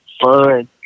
fun